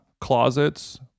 closets